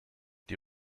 die